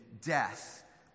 death